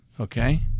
Okay